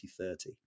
2030